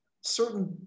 certain